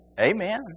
Amen